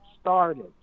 started